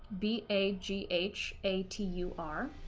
b a g h a t u r,